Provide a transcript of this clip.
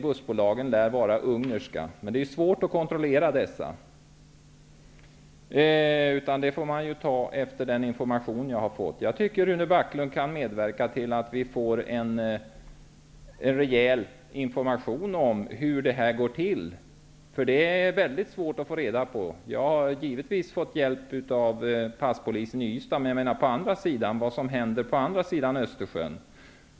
Bussbolagen lär vara ungerska, men detta är svårt att kontrollera. Jag får ju gå efter den information som jag har fått. Jag tycker att Rune Backlund kan medverka till att vi får en rejäl information om hur detta går till. Det är väldigt svårt att få reda på någonting. Jag har fått hjälp av passpolisen i Ystad. Men vi vet ju ingenting om vad som händer på andra sidan Östersjön.